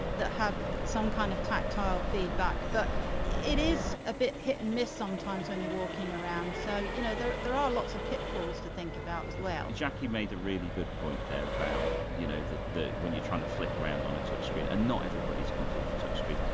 that have some kind of tactile feedback. but it is a bit hit and miss sometimes when you're walking around, so you know there there are lots of pitfalls to think about as well jackie made a really good point there about you know when you're trying to flick around on a touchscreen and not everybody's comfortable with touchscreens.